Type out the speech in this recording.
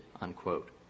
unquote